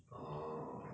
orh